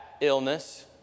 illness